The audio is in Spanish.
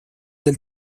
del